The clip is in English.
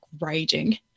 raging